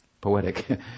poetic